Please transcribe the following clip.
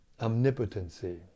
omnipotency